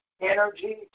energy